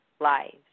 lives